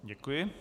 Děkuji.